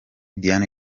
diane